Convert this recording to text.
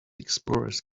explorers